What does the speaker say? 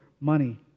money